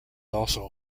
also